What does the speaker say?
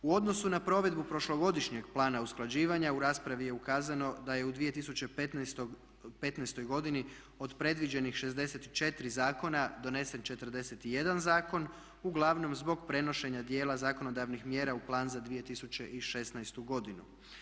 U odnosu na provedbu prošlogodišnjeg plana usklađivanja u raspravi je ukazano da je u 2015. godini od predviđenih 64 zakona donesen 41 zakon, uglavnom zbog prenošenja dijela zakonodavnih mjera u plan za 2016. godinu.